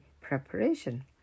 preparation